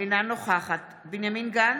אינה נוכחת בנימין גנץ,